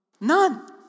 None